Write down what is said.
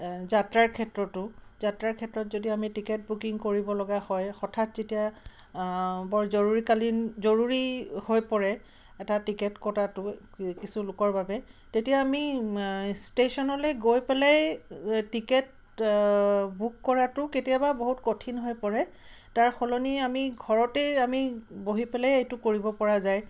যাত্ৰাৰ ক্ষেত্ৰতো যাত্ৰাৰ ক্ষেত্ৰত যদি আমি টিকেট বুকিং কৰিবলগীয়া হয় হঠাৎ যেতিয়া বৰ জৰুৰীকালীন জৰুৰী হৈ পৰে এটা টিকেট কটাটো কিছু লোকৰ বাবে তেতিয়া আমি ষ্টেশ্যনলৈ গৈ পেলাই টিকেট বুক কৰাটো কেতিয়াবা বহুত কঠিন হৈ পৰে তাৰ সলনি আমি ঘৰতেই আমি বহি পেলাই এইটো কৰিব পৰা যায়